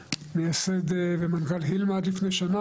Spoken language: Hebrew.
מייסד ומנכ"ל הילמ"ה עד לפני שנה,